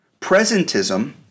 Presentism